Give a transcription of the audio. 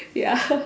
ya